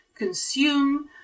Consume